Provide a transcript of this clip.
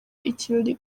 ikirori